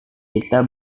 kita